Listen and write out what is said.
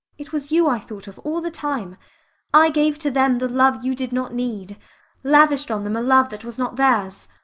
it was you i thought of all the time i gave to them the love you did not need lavished on them a love that was not theirs.